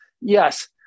Yes